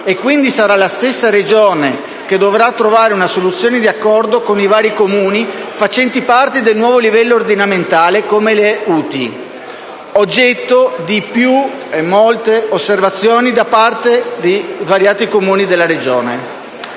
Quindi sarà la stessa Regione che dovrà trovare una soluzione di accordo con i vari Comuni facenti parti del nuovo livello ordinamentale come le UTI, oggetto di più osservazioni da parte di svariati Comuni della Regione.